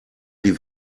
die